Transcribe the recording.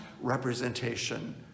representation